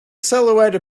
silhouette